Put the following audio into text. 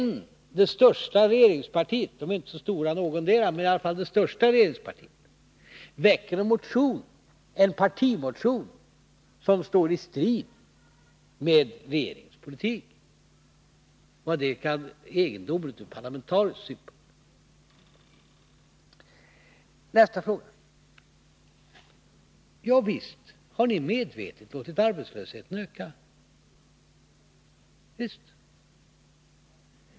När det största regeringspartiet — ingetdera partiet är ju särskilt stort — väcker en partimotion som står i strid med regeringens politik ter det sig verkligen egendomligt ur parlamentarisk synpunkt. Så till nästa fråga. Ja, visst har ni medvetet låtit arbetslösheten öka.